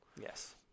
Yes